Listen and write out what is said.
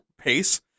pace